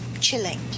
chilling